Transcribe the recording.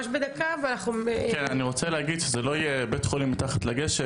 אני רוצה לומר שזה לא יהיה בית חולים מתחת לגשר,